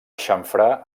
xamfrà